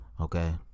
Okay